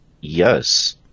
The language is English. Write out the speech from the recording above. Yes